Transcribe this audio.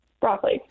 Broccoli